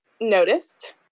noticed